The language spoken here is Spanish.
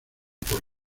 por